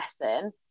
lesson